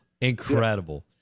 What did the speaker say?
incredible